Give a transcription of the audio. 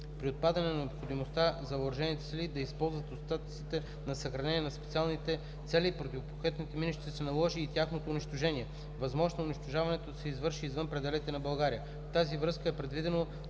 При отпадане на необходимостта за въоръжените сили да използват останалите на съхранение за специални цели противопехотни мини ще се наложи и тяхното унищожаване. Възможно е унищожаването да се извърши извън пределите на България. В тази връзка е предвидено